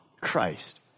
Christ